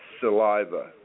saliva